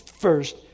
First